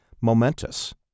momentous